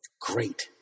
great